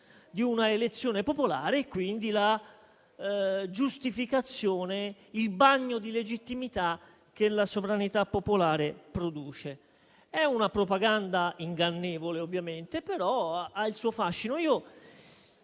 di una elezione popolare e quindi la giustificazione, il bagno di legittimità, che la sovranità popolare produce». È una propaganda ingannevole, ovviamente, ma ha il suo fascino.